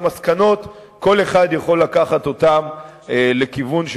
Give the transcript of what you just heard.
והמסקנות, כל אחד יכול לקחת אותן לכיוון שלו.